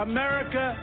America